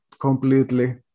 completely